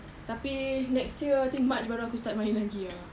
tapi next year I think march baru aku start main lagi ah